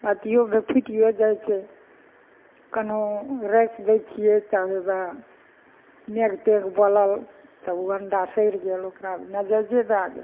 अथियो फुटियो जाइ छै कनहो राखि दै छियै तऽ हेवए मेघ तेघ बोलल तऽ ओ अंडा सैरि गेल ओकरा नाजायजे भए गेल